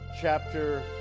chapter